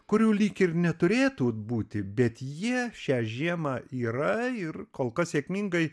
kurių lyg ir neturėtų būti bet jie šią žiemą yra ir kol kas sėkmingai